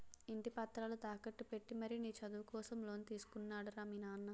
ఇంటి పత్రాలు తాకట్టు పెట్టి మరీ నీ చదువు కోసం లోన్ తీసుకున్నాడు రా మీ నాన్న